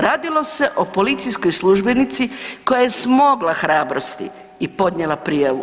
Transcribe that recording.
Radilo o policijskom službenici koja je smogla hrabrosti i podnijela prijavu.